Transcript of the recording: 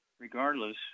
regardless